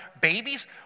babies